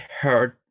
heard